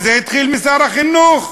וזה התחיל משר החינוך,